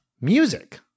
music